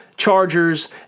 Chargers